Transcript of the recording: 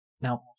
Now